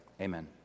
Amen